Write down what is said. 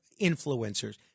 influencers